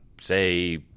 say